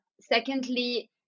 Secondly